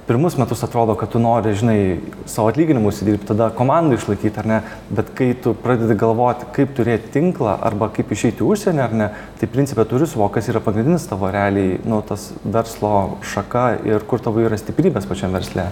pirmus metus atrodo kad tu nori žinai sau atlyginimui užsidirbt tada komandą išlaikyt ar ne bet kai tu pradedi galvoti kaip turėt tinklą arba kaip išeit į užsienį ar ne tai principe turi suvokt kas yra pagrindinis tavo realiai nu tas verslo šaka ir kur tavo yra stiprybės pačiam versle